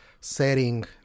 setting